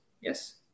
yes